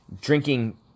drinking